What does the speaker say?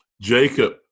Jacob